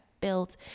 Built